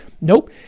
nope